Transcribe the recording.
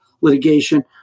litigation